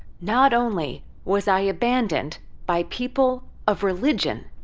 not only was i abandoned by people of religion,